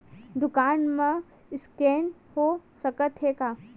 दुकान मा स्कैन हो सकत हे का?